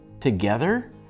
Together